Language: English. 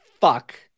fuck